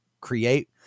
create